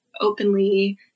openly